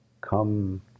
Come